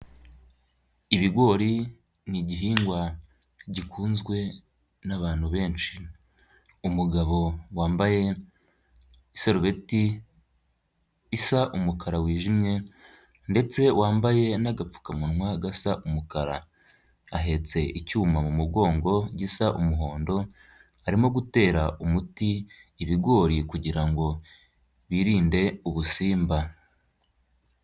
Ibigori ni Igihingwa gikunzwe n'abantu benshi, umugabo wambaye isarubeti isa umukara wijimye ndetse wambaye nagapfukamunwa gasa umukara, ahetse icyuma mu mugongo gisa umuhondo, arimo gutera umuti ibigori kugirango birinde ubusimba.